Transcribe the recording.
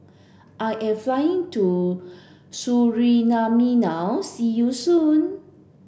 I am flying to Suriname now see you soon